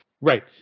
Right